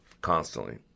constantly